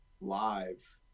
live